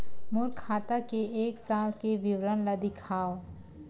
मोर खाता के एक साल के विवरण ल दिखाव?